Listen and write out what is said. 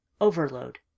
Overload